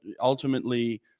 ultimately